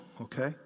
okay